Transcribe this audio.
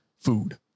food